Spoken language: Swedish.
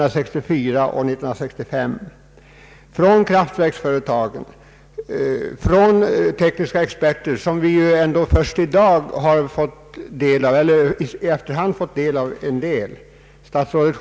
Det kanske kan tyckas vara en form av efterklokhet att kritisera nu, men vi har ju först i efterhand fått del av viss kritik. Statsrådet säger själv på s. 12—13 i Ang.